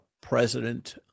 president